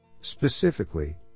Specifically